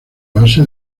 base